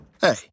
Hey